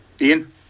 Ian